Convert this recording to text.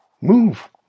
Move